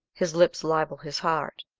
his lips libel his heart.